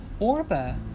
Orba